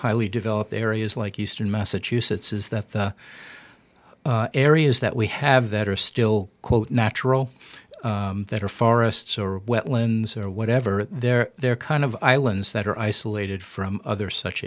highly developed areas like eastern massachusetts is that the areas that we have that are still quote natural that are forests or wetlands or whatever they're they're kind of islands that are isolated from other such